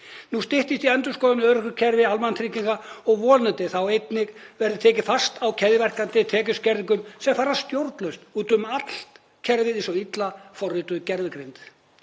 Nú styttist í endurskoðun á örorkukerfi almannatrygginga og vonandi verður þá einnig tekið fast á keðjuverkandi tekjuskerðingum sem fara stjórnlaust út um allt kerfið eins og illa forrituð gervigreind.